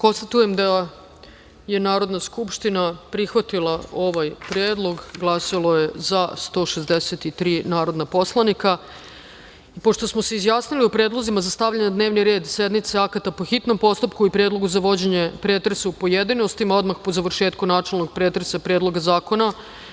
glasanje. Konstatujem da je Narodna skupština prihvatila ovaj predlog. Glasalo je za 163 narodna poslanika. Pošto smo se izjasnili o predlozima za stavljanje na dnevni red sednice akata po hitnom postupku i predlogu za vođenje pretresa u pojedinostima odmah po završetku načelnog pretresa predloga zakona,